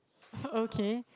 okay